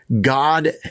God